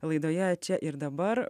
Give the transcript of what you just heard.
laidoje čia ir dabar